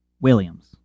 Williams